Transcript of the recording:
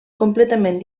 completament